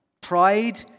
Pride